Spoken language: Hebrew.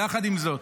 יחד עם זאת,